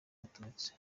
abatutsi